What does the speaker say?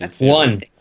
One